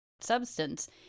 substance